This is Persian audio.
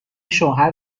شوهر